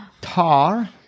Tar